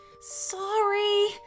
Sorry